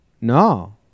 No